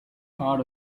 part